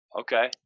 Okay